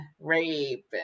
rape